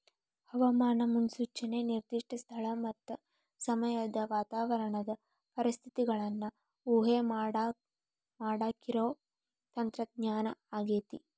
ಹವಾಮಾನ ಮುನ್ಸೂಚನೆ ನಿರ್ದಿಷ್ಟ ಸ್ಥಳ ಮತ್ತ ಸಮಯದ ವಾತಾವರಣದ ಪರಿಸ್ಥಿತಿಗಳನ್ನ ಊಹೆಮಾಡಾಕಿರೋ ತಂತ್ರಜ್ಞಾನ ಆಗೇತಿ